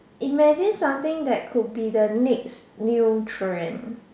imagine something that could be the next new trend